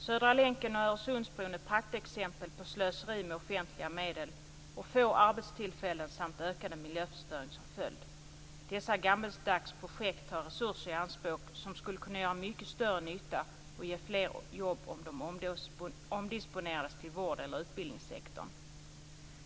Södra länken och Öresundsbron är praktexempel på slöseri med offentliga medel och har få arbetstillfällen samt ökad miljöförstöring som följd. Dessa gammaldags projekt tar resurser i anspråk som skulle kunna göra mycket större nytta och ge fler jobb om de omdisponerades till vård eller utbildningssektorn.